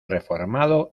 reformado